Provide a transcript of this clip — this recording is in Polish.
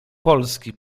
polski